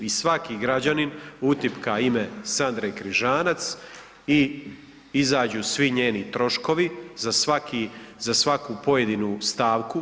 I svaki građanin utipka ime Sandre Križanac i izađu svi njeni troškovi, za svaki, za svaku pojedinu stavku.